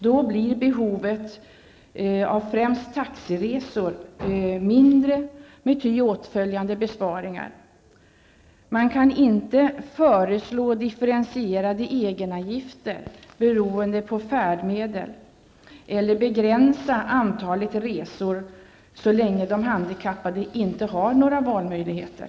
Då blir behovet av främst taxiresor mindre, med ty åtföljande besparingar. Man kan inte föreslå differentierade egenavgifter beroende på färdmedel eller begränsa antalet resor, så länge de handikappade inte har några valmöjligheter.